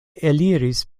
eliris